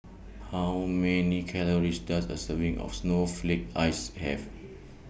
How Many Calories Does A Serving of Snowflake Ice Have